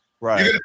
Right